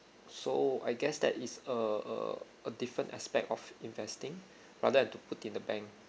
so I guess that is a a a different aspect of investing rather than to put in the bank